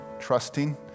trusting